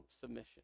submission